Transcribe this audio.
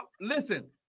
listen